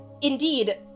indeed